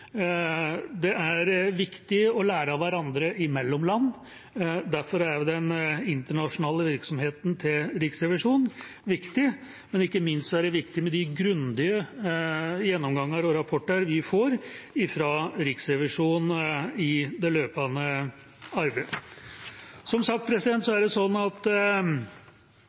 Det er viktig å lære av hverandre land imellom, derfor er den internasjonale virksomheten til Riksrevisjonen viktig. Men ikke minst er det viktig med de grundige gjennomgangene og rapportene vi får fra Riksrevisjonen i det løpende arbeidet. Som sagt er alle forslag enstemmige, men av innstillinga går det fram at komiteens medlem fra Fremskrittspartiet opprinnelig mente at